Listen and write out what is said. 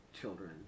children